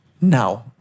now